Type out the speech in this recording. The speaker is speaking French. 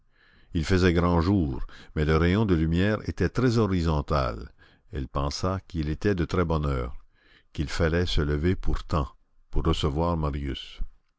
il faisait grand jour mais le rayon de lumière était très horizontal elle pensa qu'il était de très bonne heure qu'il fallait se lever pourtant pour recevoir marius